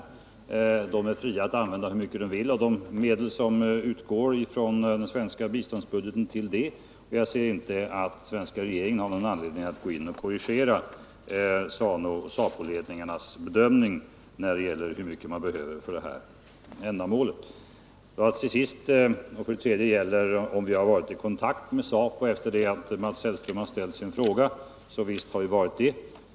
De är fria att för det ändamålet använda hur mycket de vill av de medel som utgår från den svenska biståndsbudgeten, och jag finner inte att den svenska regeringen har någon anledning att korrigera de centrala ledningarnas bedömning i det här avseendet. Till sist vill jag svara på frågan om vi har varit i kontakt med ZAPU efter det att Mats Hellström ställt sin fråga till mig. Visst har vi varit det!